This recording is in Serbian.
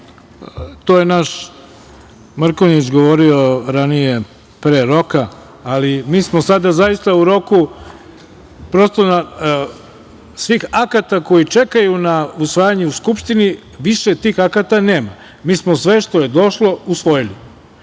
čestitam. Mrkonjić je govorio ranije – pre roka, ali mi smo sada zaista u roku… Svi akti koji čekaju na usvajanje u Skupštini, više tih akata nema. Mi smo sve što je došlo usvojili. Shodno